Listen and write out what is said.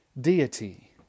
deity